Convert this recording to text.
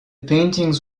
paintings